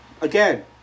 Again